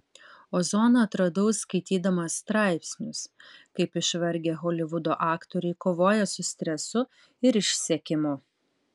ozoną atradau skaitydamas straipsnius kaip išvargę holivudo aktoriai kovoja su stresu ir išsekimu